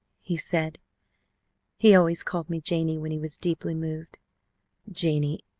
he said he always called me janie when he was deeply moved janie,